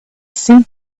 seemed